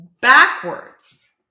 backwards